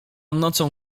nocą